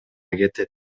кетет